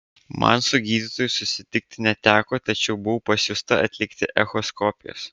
man su gydytoju susitikti neteko tačiau buvau pasiųsta atlikti echoskopijos